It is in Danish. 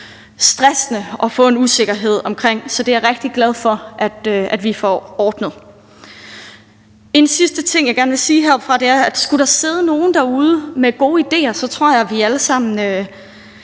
stressende at få en usikkerhed omkring, så det er jeg rigtig glad for at vi får ordnet. En sidste ting, jeg gerne vil sige heroppefra, er, at skulle der sidde nogen derude med gode ideer, tror jeg, vi alle sammen